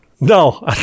No